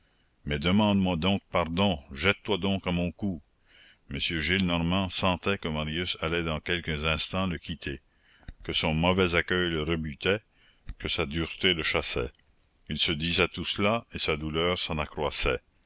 mais demande-moi donc pardon jette toi donc à mon cou m gillenormand sentait que marius allait dans quelques instants le quitter que son mauvais accueil le rebutait que sa dureté le chassait il se disait tout cela et sa douleur s'en accroissait